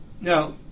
Now